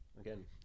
Again